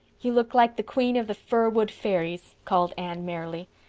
you look like the queen of the fir wood fairies, called anne merrily.